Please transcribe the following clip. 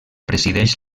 presideix